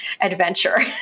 adventure